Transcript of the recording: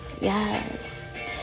yes